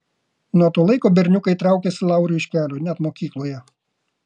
nuo to laiko berniukai traukėsi lauriui iš kelio net mokykloje